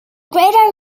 greater